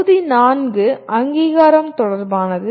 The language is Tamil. தொகுதி 4 "அங்கீகாரம்" தொடர்பானது